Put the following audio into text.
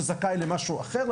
שזכאי למשהו אחר,